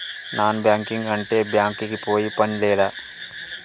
Non banking అంటే bank కి పోయే పని లేదా?